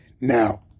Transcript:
Now